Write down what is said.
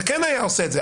זה כן היה עושה את זה.